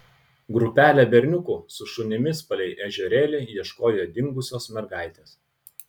grupelė berniukų su šunimis palei ežerėlį ieškojo dingusios mergaitės